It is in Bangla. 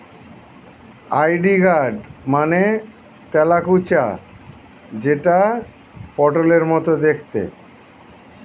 আই.ভি গার্ড মানে তেলাকুচা যেটা পটলের মতো দেখতে